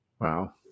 Wow